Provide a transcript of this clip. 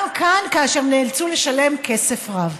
גם כאן כאשר נאלצו לשלם כסף רב.